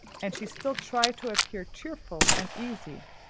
and she still tried to appear cheerful and easy,